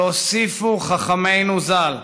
והוסיפו חכמינו ז"ל: